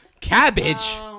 Cabbage